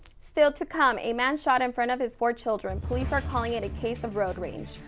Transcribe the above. still to come, a man shot in front of his four children. police are calling it a case of road rage.